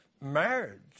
marriage